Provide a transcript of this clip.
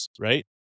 right